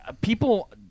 People